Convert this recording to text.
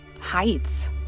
Heights